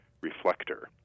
reflector